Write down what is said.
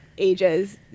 ages